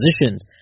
positions